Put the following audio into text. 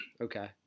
Okay